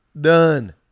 done